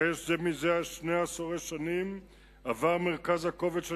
הרי זה כשני עשורים עבר מרכז הכובד של